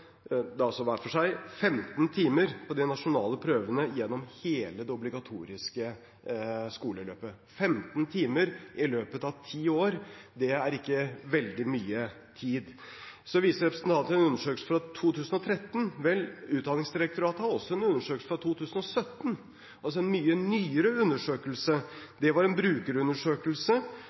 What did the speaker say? hver for seg, 15 timer på de nasjonale prøvene gjennom hele det obligatoriske skoleløpet. 15 timer i løpet av ti år er ikke veldig mye tid. Så viser representanten til en undersøkelse fra 2013. Vel, Utdanningsdirektoratet har en undersøkelse fra 2017, altså en mye nyere undersøkelse. Det var en brukerundersøkelse